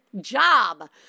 job